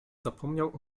zapomniał